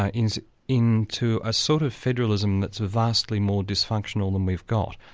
ah is into a sort of federalism that's vastly more dysfunctional than we've got.